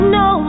no